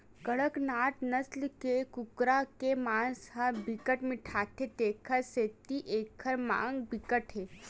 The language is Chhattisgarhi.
कड़कनाथ नसल के कुकरा के मांस ह बिकट मिठाथे तेखर सेती एखर मांग बिकट हे